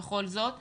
בכל זאת --- נכון.